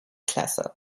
klasse